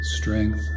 strength